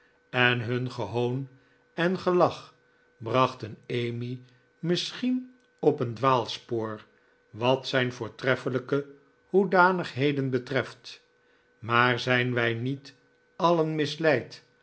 en hun gehoon en gelach brachten emmy misschien op een dwaalspoor wat zijn voortreffelijke hoedanigheden betreft maar zijn wij niet alien misleid